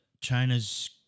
China's